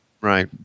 Right